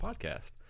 podcast